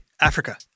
Africa